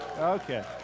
Okay